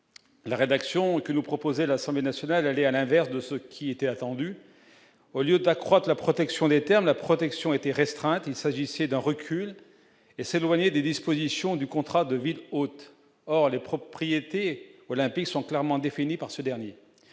la rédaction que nous propose à l'Assemblée nationale, aller à l'inverse de ce qui était attendu au lieu d'accroître la protection des termes la protection était restreinte, il s'agissait d'un recul est-ce douaniers des dispositions du contrat de ville hôte, or les propriétés olympiques sont clairement définies par ce dernier,